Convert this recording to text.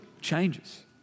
changes